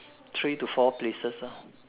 three to four places ah